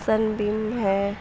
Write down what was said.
سن بیم ہے